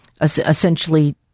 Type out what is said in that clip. essentially